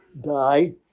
die